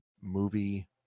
movie